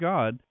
God